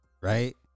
right